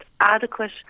adequate